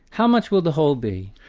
how much will the whole be?